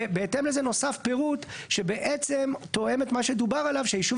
ובהתאם לזה נוסף פירוט שבעצם תואם את מה שדובר עליו שהיישוב